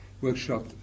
workshop